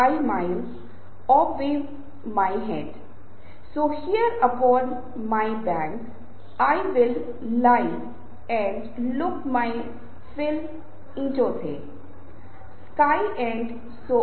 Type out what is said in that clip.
तो यह फिर से कुछ ऐसा है जहां हम खुद से सीखेंगे कि आवाज के विभिन्न आयाम अलग अलग अर्थों या विभिन्न सूचनाओं को संप्रेषित करने में कितने कामयाब रहे